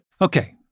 Okay